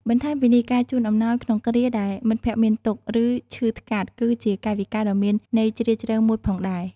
បន្ថែមពីនេះ ការជូនអំណោយក្នុងគ្រាដែលមិត្តភក្តិមានទុក្ខ ឬឈឺថ្កាត់ ក៏ជាកាយវិការដ៏មានន័យជ្រាលជ្រៅមួយផងដែរ។